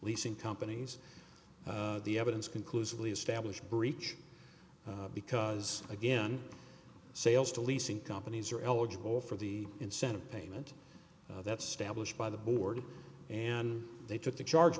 leasing companies the evidence conclusively established breach because again sales to leasing companies are eligible for the incentive payment that's stablished by the board and they took the charge